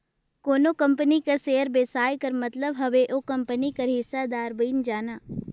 कोनो कंपनी कर सेयर बेसाए कर मतलब हवे ओ कंपनी कर हिस्सादार बइन जाना